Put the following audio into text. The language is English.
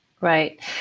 Right